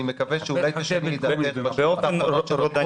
אני מקווה שאולי תשני את דעתך --- באופן רודני.